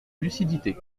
lucidité